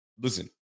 Listen